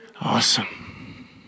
Awesome